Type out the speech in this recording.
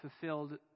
fulfilled